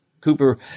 Cooper